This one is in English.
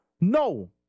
No